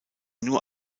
nur